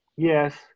Yes